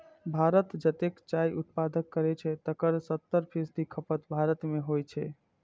भारत जतेक चायक उत्पादन करै छै, तकर सत्तर फीसदी खपत भारते मे होइ छै